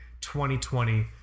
2020